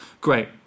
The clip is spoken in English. great